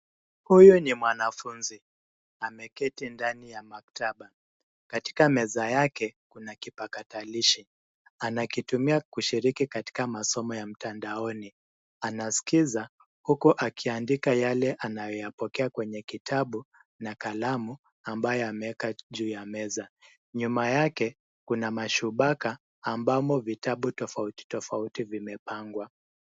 Huyu ni mwanafunzi ameketi ndani ya maktaba katika meza yake kuna kipakatalishi anakitumia kushiriki katika masomo ya mtandaoni, anasikiza huko akiandika yale anayoyapokea kwenye kitabu na kalamu ambaye ameweka juu ya meza, nyuma yake kuna mashubaka ambamo vitabu tofauti tofauti vimepangwa.